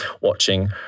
watching